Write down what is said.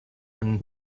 einen